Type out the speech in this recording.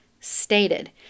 stated